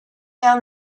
down